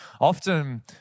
Often